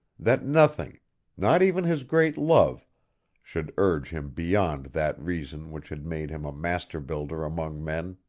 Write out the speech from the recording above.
that nothing not even his great love should urge him beyond that reason which had made him a master-builder among men.